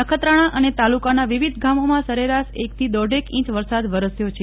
નખત્રાણા અને તાલુકાના વિવિધ ગામોમાં સરેરાશ એકથી દોઢેક ઈંચ વરસાદ વરસ્યો છે